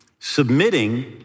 submitting